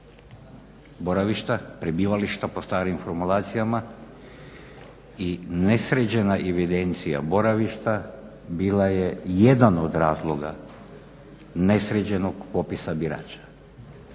boravišta, prebivališta po starim formulacijama i nesređena evidencija boravišta bila je jedan od razloga nesređenog popisa birača.